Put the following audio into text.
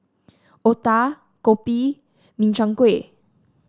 otah kopi Min Chiang Kueh